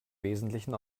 wesentlichen